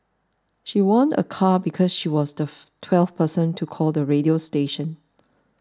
she won a car because she was the twelfth person to call the radio station